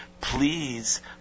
please